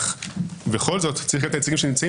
אבל בכל זאת צריכים להיות נציגים שנמצאים